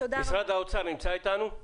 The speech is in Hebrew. משרד האוצר נמצא אתנו?